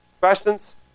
Questions